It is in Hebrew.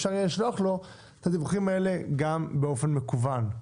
אפשר לשלוח לו את הדיווחים האלה גם באופן מקוון.